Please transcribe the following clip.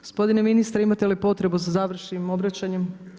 Gospodine ministre imate li potrebu za završnim obraćanjem?